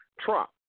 Trump